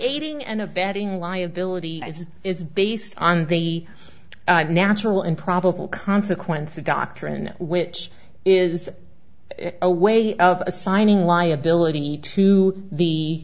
aiding and abetting liability as it is based on the natural and probable consequences doctrine which is a way of assigning liability to the